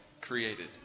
created